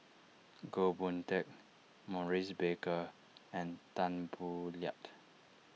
Goh Boon Teck Maurice Baker and Tan Boo Liat